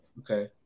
Okay